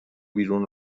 بیرون